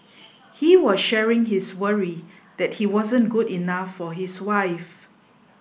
he was sharing his worry that he wasn't good enough for his wife